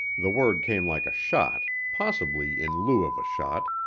the word came like a shot, possibly in lieu of a shot,